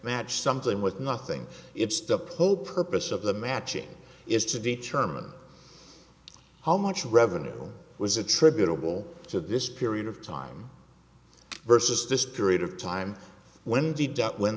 match something with nothing it's the poll purpose of the matching is to determine how much revenue was attributable to this period of time versus this period of time when the debt when